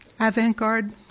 Avant-garde